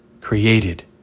created